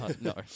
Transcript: no